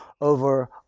over